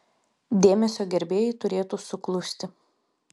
dėmesio gerbėjai turėtų suklusti